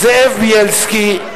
זאב בילסקי,